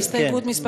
בהסתייגות מס'